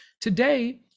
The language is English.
Today